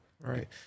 right